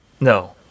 No